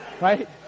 Right